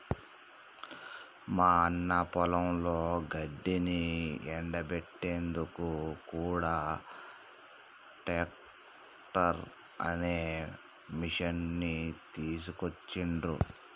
మా అన్న పొలంలో గడ్డిని ఎండపెట్టేందుకు కూడా టెడ్డర్ అనే మిషిని తీసుకొచ్చిండ్రు